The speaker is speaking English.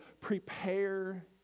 prepare